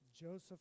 Joseph